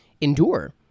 endure